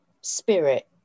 spirit